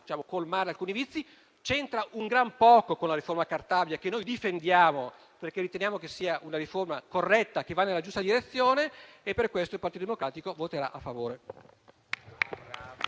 va a colmare alcuni vizi. C'entra gran poco con la riforma Cartabia che noi difendiamo, perché riteniamo che sia una riforma corretta che va nella giusta direzione. Per questo il Partito Democratico voterà a favore